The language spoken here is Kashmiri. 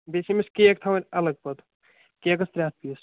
بیٚیہِ چھِ أمِس کیک تھاوٕن الگ پتہٕ کیکَس ترےٚ ہتھ پیٖس